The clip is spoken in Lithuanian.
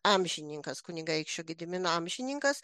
amžininkas kunigaikščio gedimino amžininkas